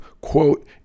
quote